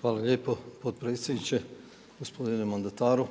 Hvala lijepo potpredsjedniče, gospodine mandataru.